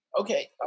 Okay